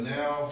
now